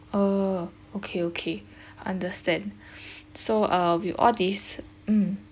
orh okay okay understand so uh with all this mm